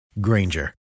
Granger